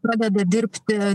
pradeda dirbti